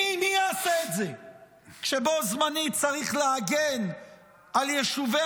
מי יעשה את זה כשבו זמנית צריך להגן על יישובי